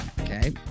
okay